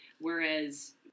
whereas